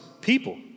people